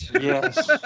Yes